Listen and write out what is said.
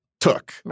took